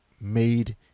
made